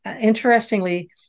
interestingly